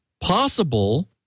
possible